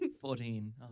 Fourteen